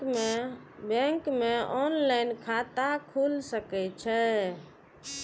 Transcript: Bank में online खाता खुल सके छे?